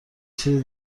چیزی